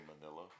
manila